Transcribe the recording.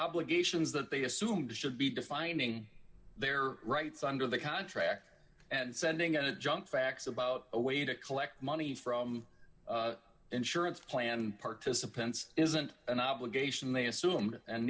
obligations that they assumed should be defining their rights under the contract and sending a jump facts about a way to collect money from insurance plan participants isn't an obligation they assume and